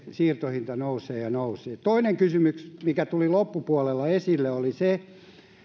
siirtohinta nousee ja nousee toinen kysymys mikä tuli loppupuolella esille